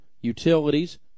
utilities